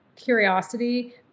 curiosity